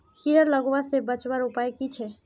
कीड़ा लगवा से बचवार उपाय की छे?